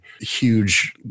huge